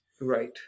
Right